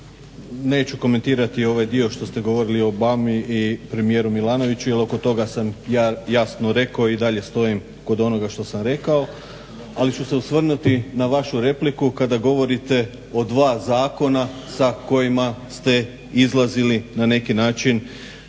neću komentirati ovaj dio koji ste govorili o Obami i premijeru Milanoviću jer oko toga sam ja jasno rekao i dalje stojim kod onoga. Ali ću se osvrnuti na vašu repliku, kada govorim o dva zakona sa kojima ste izlazili na neki način